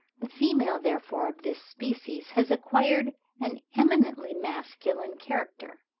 the female therefore of this species has acquired an eminently masculine character.